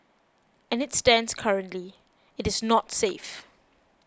as it stands currently it is not safe